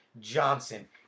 Johnson